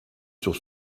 sur